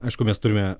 aišku mes turime